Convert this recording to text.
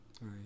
Right